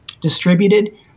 distributed